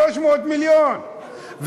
300 מיליון.